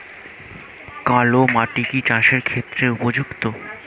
কালো মাটি কি চাষের ক্ষেত্রে উপযুক্ত?